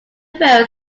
very